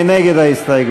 מי נגד ההסתייגות?